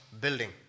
building